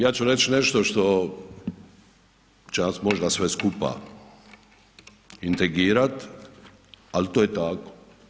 Ja ću reć nešto što će nas možda sve skupa intrigirat ali to je tako.